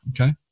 Okay